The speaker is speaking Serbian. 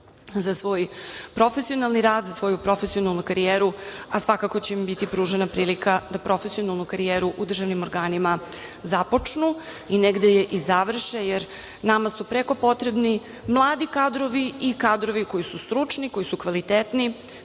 za svoj profesionalni rad, za svoju profesionalnu karijeru, a svakako će im biti pružena prilika da profesionalnu karijeru u državnim organima započnu i negde je i završe, jer nama su preko potrebni mladi kadrovi i kadrovi koji su stručni, koji su kvalitetni,